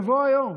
בבוא היום,